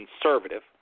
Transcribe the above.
conservative